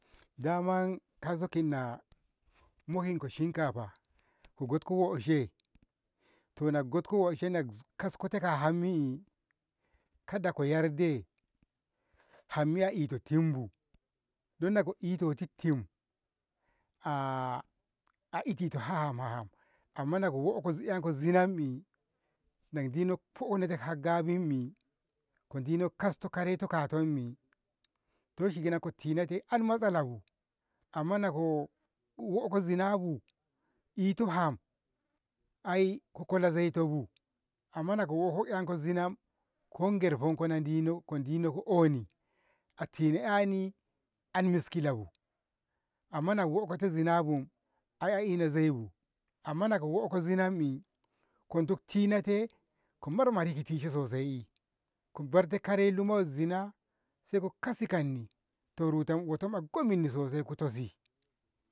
daman kauso kinna mokinko shinkafa ta gotko hoshe, to goko hoshe ko kaskota ka hammi kada ko yarde hamye a ito timbu dan nako itotit tim itito haham haham amma nako hokoshi zinammi nako dino foanote gabimmi ko dino kasto kareto ka kammi to shikenan ko tina te han matsala bu amma nako hoako zinabu ito ham aiko kola zaito bu amma nako hoako zina lai gerfonko nadino ko dino ko oni atina 'yani an miskilabu amma nako hoakote zinabu ai a ina zaibu amma nako hoako zinammi ko dik tina tai ko marmarino sosai ko barte kare luma so zina saiko kasi kanni to rutonkoma gominni sosai kotusi.